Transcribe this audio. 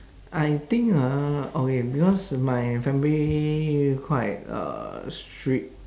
I think ah okay because my family quite uh strict